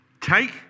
Take